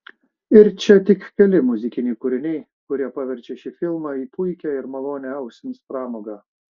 ir čia tik keli muzikiniai kūriniai kurie paverčia šį filmą į puikią ir malonią ausims pramogą